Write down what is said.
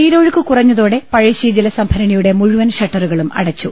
നീരൊഴുക്ക് കുറഞ്ഞതോടെ പഴശ്ശി ജലസംഭരണിയുടെ മുഴുവൻ ഷ ട്ടറുകളും അടച്ചു